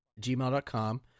gmail.com